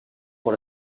pour